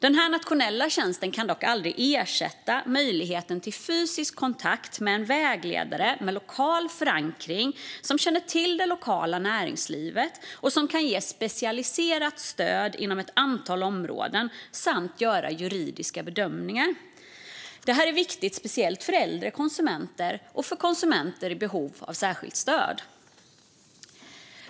Den nationella tjänsten kan dock aldrig ersätta möjligheten till fysisk kontakt med en vägledare som har lokal förankring, som känner till det lokala näringslivet och som kan ge specialiserat stöd inom ett antal områden samt göra juridiska bedömningar. Detta är viktigt, speciellt för äldre konsumenter och konsumenter i behov av särskilt stöd.